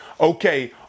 okay